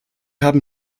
haben